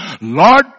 Lord